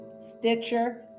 Stitcher